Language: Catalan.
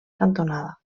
cantonada